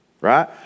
right